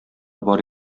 бар